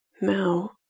Now